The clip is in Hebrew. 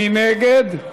מי נגד?